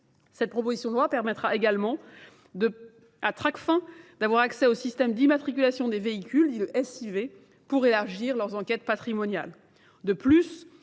Cette proposition de loi permettra également à traque fin d'avoir accès au système d'immatriculation des véhicules, le SIV, pour élargir leurs enquêtes patrimoniales. De plus,